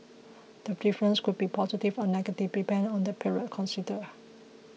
the difference could be positive or negative depending on the period considered